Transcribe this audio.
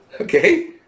Okay